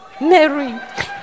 Mary